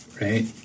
Right